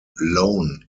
loan